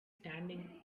standing